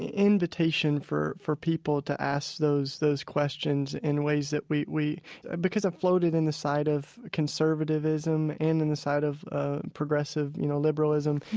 invitation for for people to ask those those questions in ways that we we because i've floated in the side of conservativism and in the side of ah progressive, you know, liberalism,